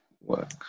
work